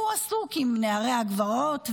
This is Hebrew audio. הוא עסוק עם נערי הגבעות,